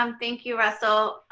um thank you russell.